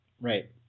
Right